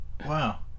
Wow